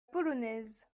polonaise